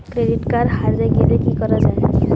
Credit card হারে গেলে কি করা য়ায়?